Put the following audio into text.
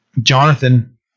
Jonathan